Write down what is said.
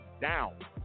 down